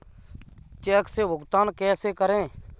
Check से भुगतान कैसे करें?